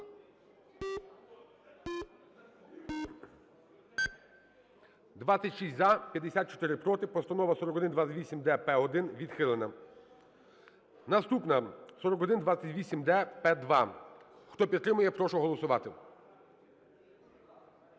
26 – за, 54 – проти. Постанова 4128-д-П1 відхилена. Наступна – 4128-д-П2. Хто підтримує, прошу голосувати.